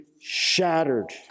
shattered